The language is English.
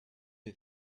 you